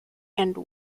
and